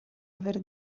aver